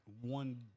one